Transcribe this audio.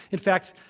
in fact,